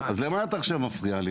אז למה אתה עכשיו מפריע לי?